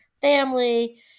Family